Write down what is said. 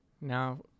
now